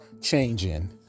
changing